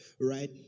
right